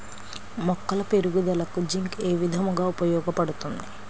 మొక్కల పెరుగుదలకు జింక్ ఏ విధముగా ఉపయోగపడుతుంది?